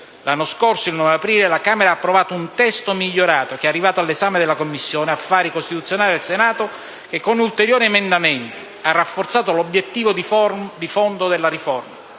L'anno scorso, il 9 aprile, la Camera ha approvato un testo migliorato che è arrivato all'esame della Commissione affari costituzionali del Senato, che, con ulteriori emendamenti, ha rafforzato l'obiettivo di fondo della riforma,